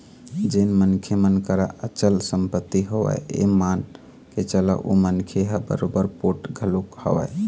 जेन मनखे मन करा अचल संपत्ति हवय ये मान के चल ओ मनखे ह बरोबर पोठ घलोक हवय